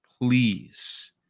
please